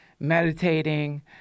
meditating